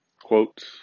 quotes